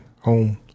home